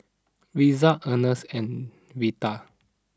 Risa Earnest and Reta